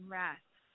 rest